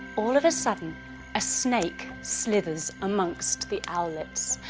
all of a sudden a snake slithers amongst the owlets.